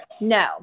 no